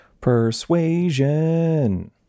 persuasion